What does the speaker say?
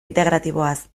integratiboaz